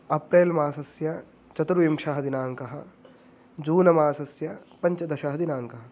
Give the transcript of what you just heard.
अप्रेल् मासस्य चतुर्विंशः दिनाङ्कः जून मासस्य पञ्चदशः दिनाङ्कः